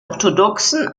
orthodoxen